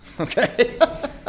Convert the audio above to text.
okay